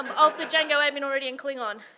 of the django admin already in klingon.